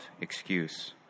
excuse